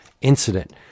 incident